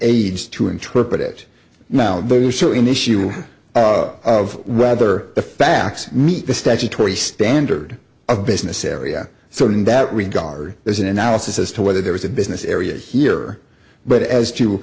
aides to interpret it now there is still an issue of whether the facts meet the statutory standard of business area so in that regard there's an analysis as to whether there was a business areas here but as to